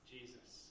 Jesus